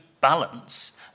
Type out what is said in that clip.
balance